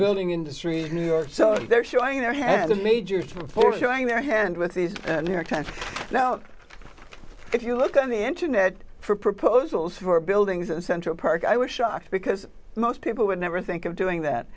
building industries new york so they're showing their hand to me just before showing their hand with these new york times no if you look on the internet for proposals for buildings in central park i was shocked because most people would never think of doing that